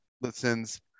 listens